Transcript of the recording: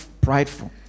prideful